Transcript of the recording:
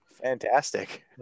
Fantastic